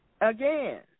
Again